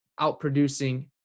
outproducing